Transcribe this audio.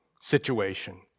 situation